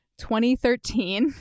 2013